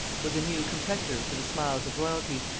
was a new competitor for the smiles of royalty,